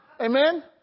Amen